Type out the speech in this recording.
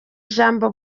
ijambo